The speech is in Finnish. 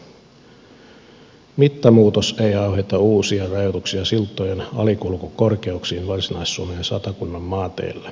mittamuutos ei aiheuta uusia rajoituksia siltojen alikulkukorkeuksiin varsinais suomen ja satakunnan maanteillä